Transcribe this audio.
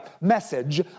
message